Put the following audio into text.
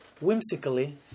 whimsically